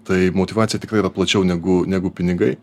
tai motyvacija tikrai yra plačiau negu negu pinigai